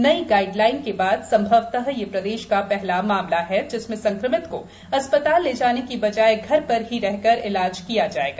नई गाइडलाइन के बाद संभवतः यह प्रदेश का पहला मामला है जिसमें संक्रमित को अस्पताल ले जाने के बजाय घर पर ही रह कर इ लाज किया जाएगा